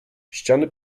ściany